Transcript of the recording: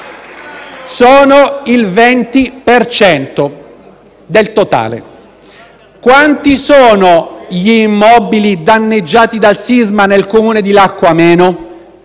per cento del totale. Quanti sono gli immobili danneggiati dal sisma nel Comune di Lacco Ameno?